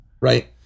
Right